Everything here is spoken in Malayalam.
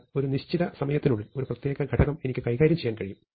എന്നാൽ ഒരു നിശ്ചിത സമയത്തിനുള്ളിൽ ഒരു പ്രത്യേക ഘടകം എനിക്ക് കൈകാര്യം ചെയ്യാൻ കഴിയും